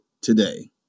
today